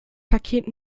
paket